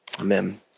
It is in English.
Amen